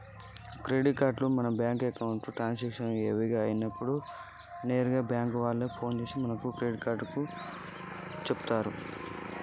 Credit కార్డులను ఎట్లా పొందుతరు?